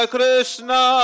Krishna